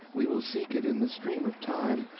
we will seek it in the stream of time,